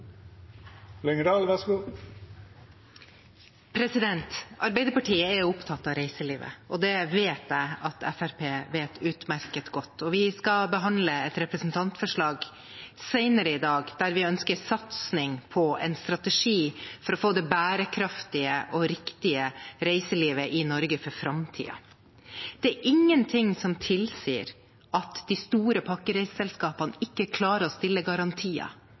representantforslag senere i dag der vi ønsker en satsing på en strategi for å få det bærekraftige og riktige reiselivet i Norge for framtiden. Det er ingenting som tilsier at de store pakkereiseselskapene ikke klarer å stille garantier.